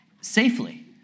safely